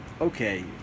Okay